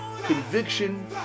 conviction